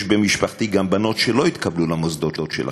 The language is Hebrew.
יש במשפחתי גם בנות שלא התקבלו למוסדות שלכם.